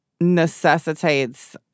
necessitates